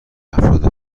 افراد